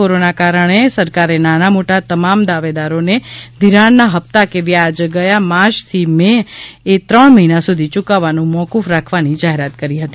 corona કારણે સરકારે નાના મોટા તમામ દેવાદારોને ધિરાણના હપ્તા કે વ્યાજ ગયા માર્ચથી મે એ ત્રણ મહિના સુધી યૂકવવાનું મોકુફ રાખવાની જાહેરાત કરી હતી